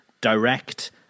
direct